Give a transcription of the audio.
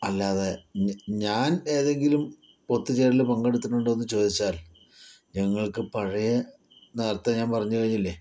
അല്ലാതെ ഞാ ഞാൻ ഏതെങ്കിലും ഒത്തുചേരലില് പങ്കെടുത്തിട്ടുണ്ടോന്ന് ചോദിച്ചാൽ ഞങ്ങൾക്ക് പഴയ നേരത്തെ ഞാൻ പറഞ്ഞു കഴിഞ്ഞില്ലേ